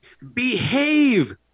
behave